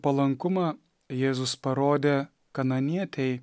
palankumą jėzus parodė kananietei